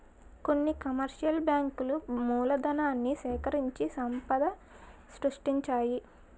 కొన్ని కమర్షియల్ బ్యాంకులు మూలధనాన్ని సేకరించి సంపద సృష్టిస్తాయి